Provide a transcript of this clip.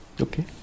Okay